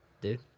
Dude